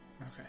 okay